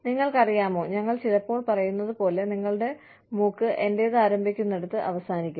നിങ്ങൾക്കറിയാമോ ഞങ്ങൾ ചിലപ്പോൾ പറയുന്നത് പോലെ നിങ്ങളുടെ മൂക്ക് എന്റേത് ആരംഭിക്കുന്നിടത്ത് അവസാനിക്കുന്നു